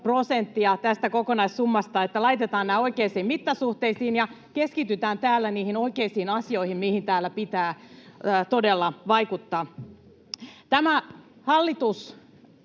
tästä kokonaissummasta, niin että laitetaan nämä oikeisiin mittasuhteisiin ja keskitytään täällä niihin oikeisiin asioihin, mihin täällä pitää todella vaikuttaa. Tämä hallitus